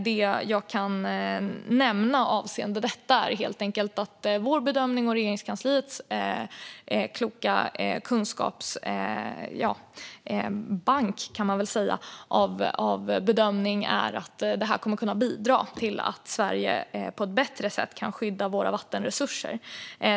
Det jag kan nämna avseende detta är att vår och Regeringskansliets kloka kunskapsbanks bedömning är att detta kommer att bidra till att Sverige på ett bättre sätt kan skydda våra vattenresurser.